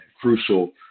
crucial